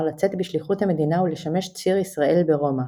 לצאת בשליחות המדינה ולשמש ציר ישראל ברומא.